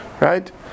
Right